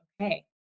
okay